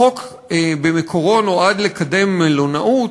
החוק במקורו נועד לקדם מלונאות,